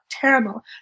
terrible